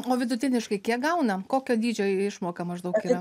o vidutiniškai kiek gauna kokio dydžio išmoka maždaug yra